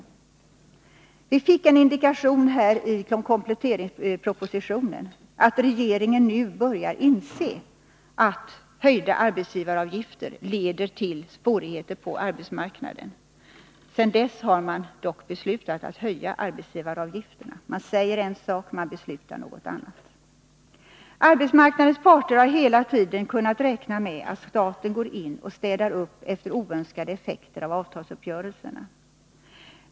Vi fick en indikation i kompletteringspropositionen att regeringen nu börjar inse att höjda arbetsgivaravgifter leder till svårigheter på arbetsmarknaden. Sedan dess har man dock beslutat höja arbetsgivaravgifterna! Man säger en sak och beslutar en annan. Arbetsmarknadens parter har hela tiden kunnat räkna med att staten gått in och städat upp oönskade effekter av avtalsuppgörelserna.